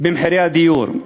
במחירי הדיור,